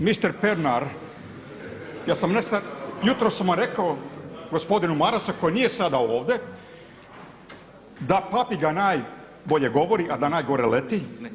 Mister Pernar, ja sam jutros rekao gospodinu Marasu koji nije sada ovdje da papiga najbolje govori, a da najgore leti.